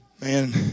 Man